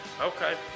Okay